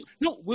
No